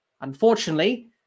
Unfortunately